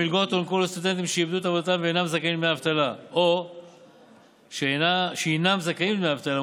המלגות הוענקו לסטודנטים שאיבדו את עבודתם ואינם זכאים לדמי אבטלה,